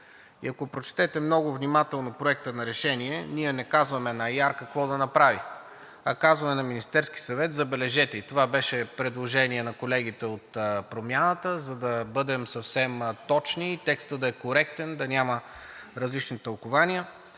И ако прочетете много внимателно Проекта на решение, ние не казваме на АЯР какво да направи, а казваме на Министерския съвет, забележете, и това беше предложение на колегите от Промяната, за да бъдем съвсем точни и текстът да е коректен, да няма различни тълкувания,